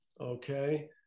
Okay